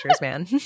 man